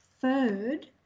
third